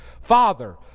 Father